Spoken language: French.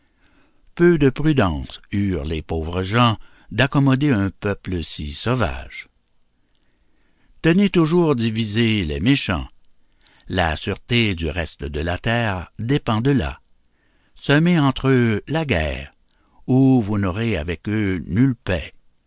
peu de prudence eurent les pauvres gens d'accommoder un peuple si sauvage tenez toujours divisés les méchants la sûreté du reste de la terre dépend de là semez entre eux la guerre ou vous n'aurez avec eux nulle paix